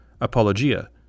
apologia